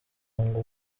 ngo